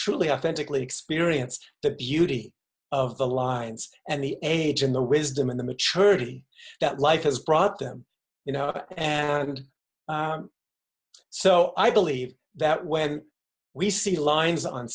truly authentically experienced the beauty of the lines and the age and the wisdom and the maturity that life has brought them you know and so i believe that when we see lines on